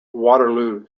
waterloo